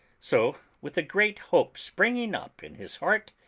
so with a great hope springing up in his heart,